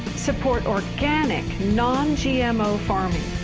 support organic non-gmo farming!